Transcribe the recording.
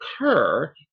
occur